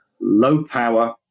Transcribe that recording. low-power